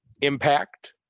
Impact